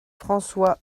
françois